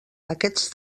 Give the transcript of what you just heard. aquests